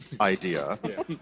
idea